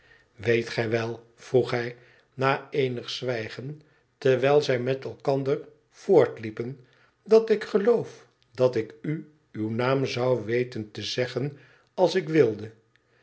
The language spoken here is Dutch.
weet gij wel vroeg hij na eenig zwijgen terwijl zij met elkander voortliepen dat ik geloof dat ik uuw naam zou weten tezeggen als ik wilde